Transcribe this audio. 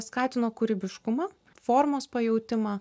skatino kūrybiškumą formos pajautimą